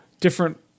different